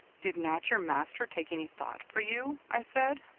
did not your master take any thought for you? i said.